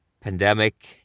pandemic